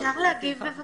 אפשר להגיב, בבקשה?